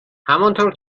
همانطور